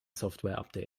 softwareupdate